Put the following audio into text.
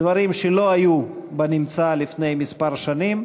דברים שלא היו בנמצא לפני כמה שנים,